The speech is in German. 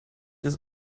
ist